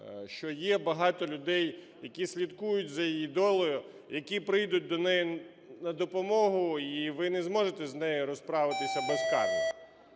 що є багато людей, які слідкують за її долею, які прийдуть до неї на допомогу, і ви не зможете з нею розправитись безкарно.